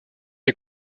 les